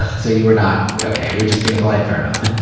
so you were not, okay, you were just being polite. fair enough.